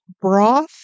broth